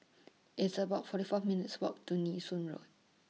It's about forty four minutes' Walk to Nee Soon Road